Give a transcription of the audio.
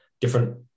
different